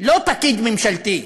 לא פקיד ממשלתי.